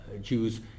Jews